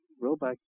robot